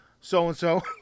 so-and-so